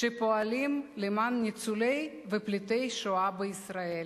שפועלים למען ניצולי ופליטי השואה בישראל.